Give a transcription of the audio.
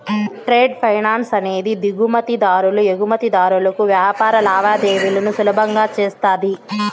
trade finance అనేది దిగుమతి దారులు ఎగుమతిదారులకు వ్యాపార లావాదేవీలను సులభం చేస్తది